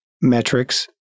Metrics